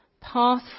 path